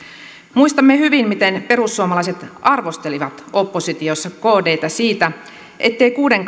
muistamme hyvin miten perussuomalaiset arvostelivat oppositiossa kdtä siitä ettei kuuden